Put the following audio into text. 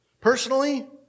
Personally